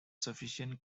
sufficient